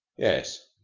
yes.